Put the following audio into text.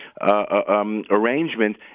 arrangement